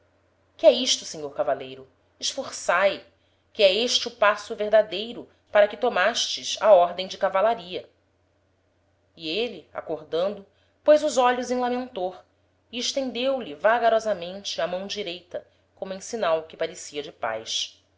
que é isto senhor cavaleiro esforçae que é este o passo verdadeiro para que tomastes a ordem de cavalaria e êle acordando pôs os olhos em lamentor e estendeu-lhe vagarosamente a mão direita como em signal que parecia de paz